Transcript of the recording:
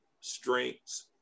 strengths